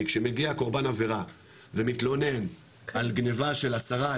כי כשמגיע הקורבן עבירה ומתלונן על גניבה של עשרה,